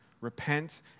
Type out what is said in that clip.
Repent